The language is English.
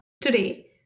Today